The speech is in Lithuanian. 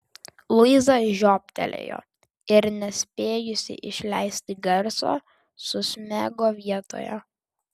luiza žiobtelėjo ir nespėjusi išleisti garso susmego vietoje